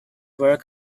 work